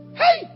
hey